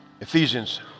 Ephesians